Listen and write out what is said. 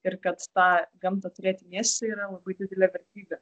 ir kad tą gamtą turėti mieste yra labai didelė vertybė